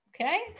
Okay